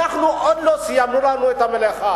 אנחנו עוד לא סיימנו את המלאכה.